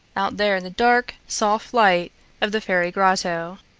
out there in the dark, soft light of the fairy grotto.